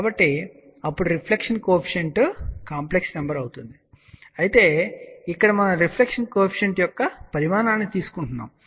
కాబట్టి అప్పుడు reflection coefficient complex number అవుతుంది అయితే ఇక్కడ మనం రిఫ్లెక్షన్ కోఎఫిషియంట్ యొక్క పరిమాణాన్ని తీసుకుంటాము